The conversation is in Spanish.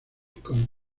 con